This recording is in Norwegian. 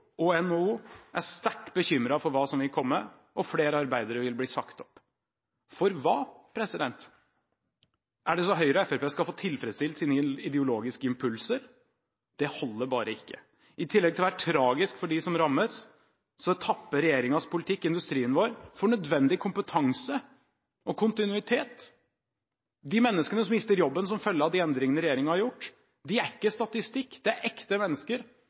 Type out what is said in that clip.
og NHO er sterkt bekymret for hva som vil komme, og flere arbeidere vil bli sagt opp. For hva? Er det for at Høyre og Fremskrittspartiet skal få tilfredsstilt sine ideologiske impulser? Det holder bare ikke. I tillegg til å være tragisk for dem som rammes, tapper regjeringens politikk industrien vår for nødvendig kompetanse og kontinuitet. De menneskene som mister jobben som følge av de endringene regjeringen har gjort, er ikke statistikk, det er ekte mennesker